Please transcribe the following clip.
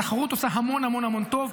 התחרות עושה המון המון טוב.